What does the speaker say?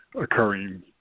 occurring